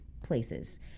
places